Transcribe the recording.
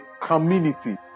community